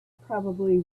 probably